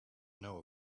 know